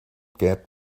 get